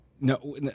No